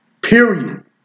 Period